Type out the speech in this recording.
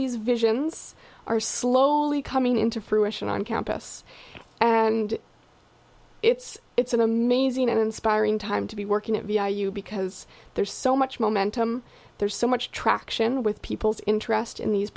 these visions are slowly coming into fruition on campus and it's it's an amazing and inspiring time to be working at b y u because there's so much momentum there's so much traction with people's interest in these